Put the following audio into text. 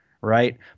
Right